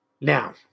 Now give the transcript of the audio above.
Now